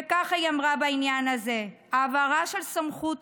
וככה היא אמרה בעניין הזה: "העברה של סמכות